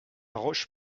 roche